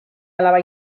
alaba